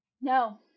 No